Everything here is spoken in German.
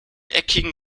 eckigen